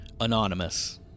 Anonymous